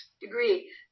degree